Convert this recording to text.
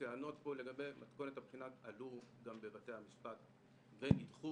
טענות פה לגבי מתכונת הבחינה עלו גם בבתי המשפט ונדחו.